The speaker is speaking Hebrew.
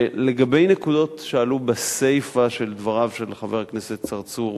לגבי נקודות שעלו בסיפא של דבריו של חבר הכנסת צרצור,